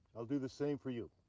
i'll do the same for you.